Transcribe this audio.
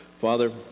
Father